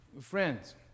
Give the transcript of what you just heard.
Friends